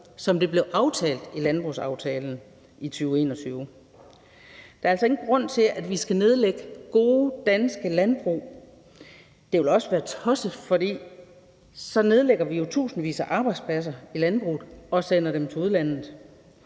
som det blev aftalt i landbrugsaftalen i 2021. Der er altså ingen grund til, at vi skal nedlægge gode danske landbrug. Det vil også være tosset, for så nedlægger vi jo tusindvis af arbejdspladser i landbruget og sender dem til udlandet.